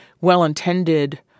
well-intended